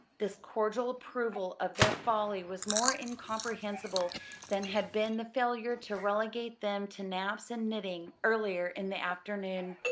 this cordial approval of their folly was more incomprehensible than had been the failure to relegate them to naps and knitting earlier in the afternoon.